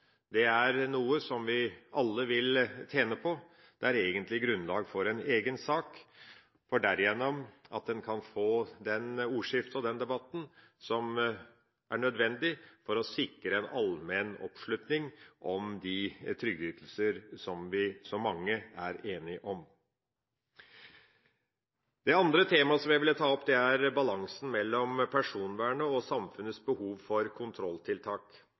Det er noe som vi alle vil tjene på. Det er egentlig grunnlag for en egen sak, for at en derigjennom kan få det ordskiftet som er nødvendig for å sikre en allmenn oppslutning om de trygdeytelser som mange er enige om. Det andre temaet som jeg vil ta opp, er balansen mellom personvernet og samfunnets behov for kontrolltiltak.